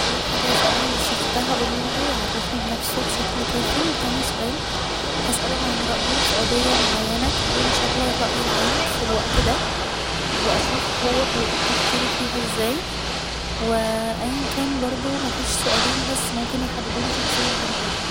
اول حاجة هسألها للشخص ده هقوله يعرفني بنفسه بشكل كافي وتاني سؤال هسأله عن رأيه في قضية معينة تكون شاغلة الرأي العام في الوقت ده و أشوف هو طريقة تفكيره فيها ازاي و اياً كان برضه مفيش سؤالين بس ممكن يحددولي شخصية بني ادم